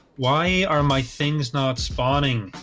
why are my things not spawning